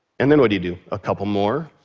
and then what do you do? a couple more.